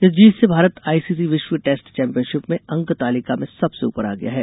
इस जीत से भारत आईसीसी विश्व टैस्ट चौम्पियनशिप में अंक तालिका में सबसे ऊपर आ गया है